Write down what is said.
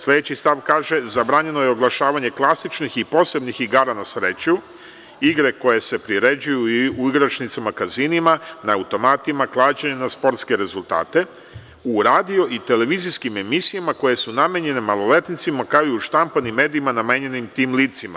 Sledeći stav kaže – zabranjeno je oglašavanje klasičnih i posebnih igara na sreću, igre koje se priređuju u igračnicama, kazinima, na automatima, klađenje na sportske rezultate, u radio i televizijskim emisijama koje su namenjene maloletnicima, kao i u štampanim medijima namenjenim tim licima.